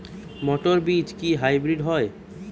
মটর বীজ কি হাইব্রিড হয়?